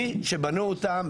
מאז שבנו אותן,